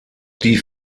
die